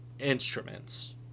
Instruments